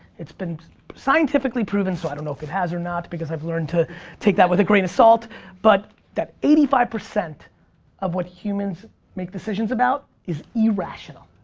it's been scientifically proven, so i don't know if it has or not because i've learned to take that with a grain of salt but that eighty five percent of what humans make decisions about is irrational.